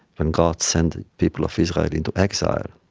when god sent the people of israel into exile,